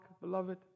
beloved